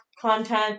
content